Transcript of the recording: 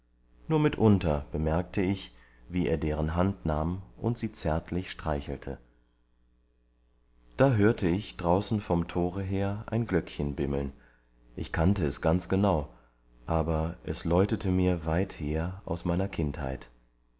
nur mitunter bemerkte ich wie er deren hand nahm und sie zärtlich streichelte da hörte ich draußen vom tore her ein glöckchen bimmeln ich kannte es ganz genau aber es läutete mir weither aus meiner kinderzeit